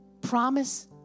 Promise